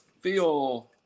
feel